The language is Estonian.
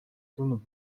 tulnud